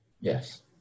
Yes